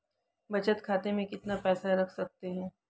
बचत खाते में कितना पैसा रख सकते हैं?